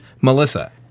Melissa